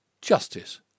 Justice